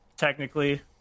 Technically